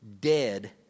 dead